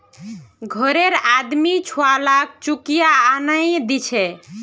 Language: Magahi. घररे आदमी छुवालाक चुकिया आनेय दीछे